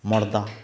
ᱢᱚᱲᱫᱟ